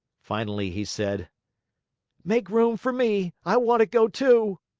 finally, he said make room for me. i want to go, too!